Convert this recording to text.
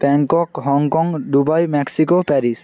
Bangkok Hong Kong Dubai Mexico Paris